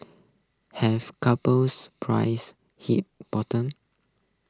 have couple prices hit bottom